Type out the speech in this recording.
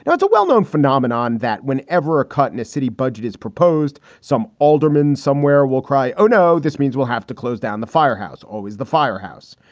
now, it's a well-known phenomenon that whenever a cutner city budget is proposed, some aldermen somewhere will cry. oh, no. this means we'll have to close down the firehouse, always the firehouse.